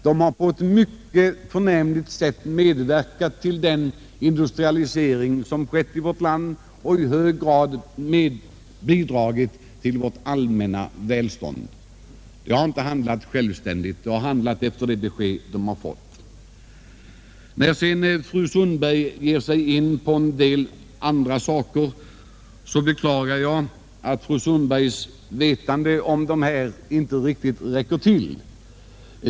De har på ett mycket förnämligt sätt medverkat till den industrialisering som ägt rum i vårt land och i hög grad bidragit till vårt allmänna välstånd. De har inte handlat självständigt, utan de har endast fullgjort de uppdrag de fått. När fru Sundberg sedan ger sig in på en del andra frågor beklagar jag att hennes vetande inte riktigt räcker till.